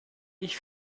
ich